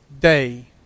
day